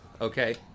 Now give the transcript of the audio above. okay